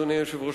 אדוני היושב-ראש,